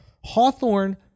Hawthorne